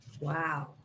Wow